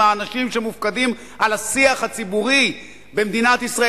האנשים שמופקדים על השיח הציבורי במדינת ישראל,